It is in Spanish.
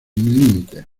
límites